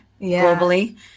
globally